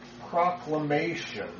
proclamation